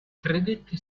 credette